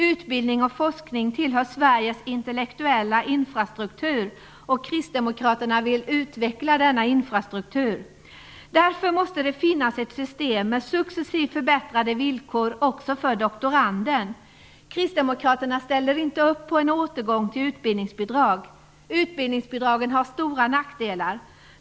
Utbildning och forskning tillhör Sveriges intellektuella infrastruktur. Kristdemokraterna vill utveckla denna infrastruktur. Därför måste det finnas ett system med successivt förbättrade villkor också för doktorander. Kristdemokraterna ställer inte upp på en återgång till utbildningsbidrag. Utbildningsbidragen har stora nackdelar.